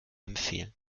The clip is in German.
empfehlen